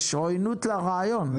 יש עוינות לרעיון.